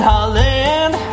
Holland